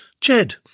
Jed